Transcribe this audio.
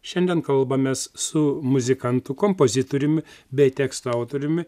šiandien kalbamės su muzikantu kompozitoriumi bei teksto autoriumi